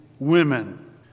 women